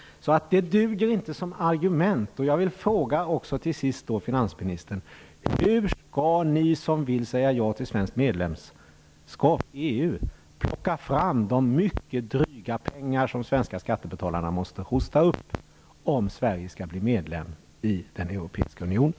Det duger alltså inte som argument. plocka fram de mycket dryga pengar som svenska skattebetalare måste hosta upp om Sverige skall bli medlem i den europeiska unionen?